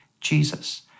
Jesus